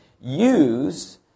use